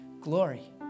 glory